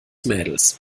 mädels